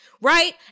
right